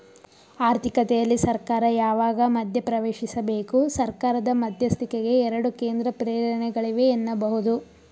ಆರ್ಥಿಕತೆಯಲ್ಲಿ ಸರ್ಕಾರ ಯಾವಾಗ ಮಧ್ಯಪ್ರವೇಶಿಸಬೇಕು? ಸರ್ಕಾರದ ಮಧ್ಯಸ್ಥಿಕೆಗೆ ಎರಡು ಕೇಂದ್ರ ಪ್ರೇರಣೆಗಳಿವೆ ಎನ್ನಬಹುದು